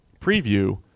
preview